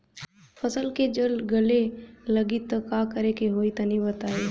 फसल के जड़ गले लागि त का करेके होई तनि बताई?